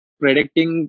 predicting